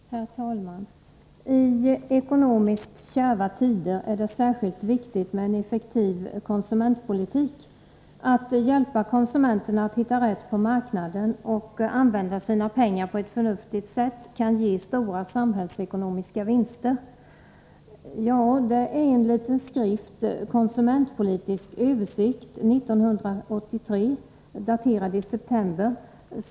Herr talman! ”I ekonomiskt kärva tider är det särskilt viktigt med en effektiv konsumentpolitik.” Att hjälpa konsumenterna att hitta rätt på marknaden och använda sina pengar på ett förnuftigt sätt kan ge stora samhällsekonomiska vinster. — På det här sättet inleder finansministern en liten skrift, Konsumentpolitisk översikt 1983, daterad i september.